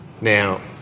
Now